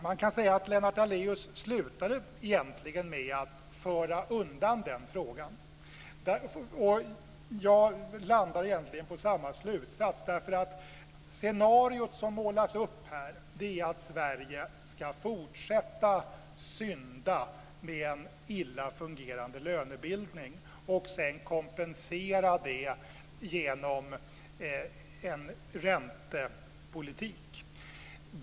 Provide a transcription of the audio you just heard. Man kan säga att Lennart Daléus egentligen slutade med att föra undan den frågan. Jag landar egentligen på samma slutsats. Det scenario som målas upp är att Sverige ska fortsätta synda med en illa fungerande lönebildning och sedan kompensera det genom en räntepolitik.